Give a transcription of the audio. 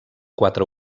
quatre